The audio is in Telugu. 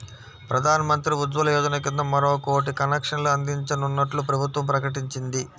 ప్రధాన్ మంత్రి ఉజ్వల యోజన కింద మరో కోటి కనెక్షన్లు అందించనున్నట్లు ప్రభుత్వం ప్రకటించింది